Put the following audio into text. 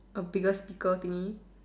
a bigger speaker thingy